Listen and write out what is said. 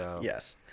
Yes